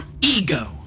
ego